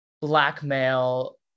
blackmail